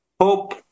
Hope